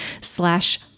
slash